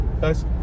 guys